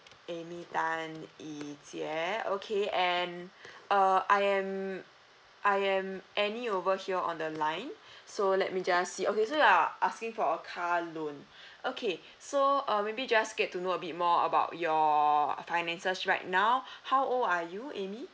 amy tan ee jie okay and err I am I am annie over here on the line so let me just see okay so you are asking for car loan okay so uh maybe just get to know a bit more about your finances right now how old are you amy